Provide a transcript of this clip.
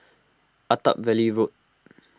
Attap Valley Road